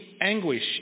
anguish